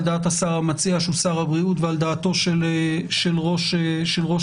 על דעת השר המציע שהוא שר הבריאות ועל דעתו של ראש הממשלה.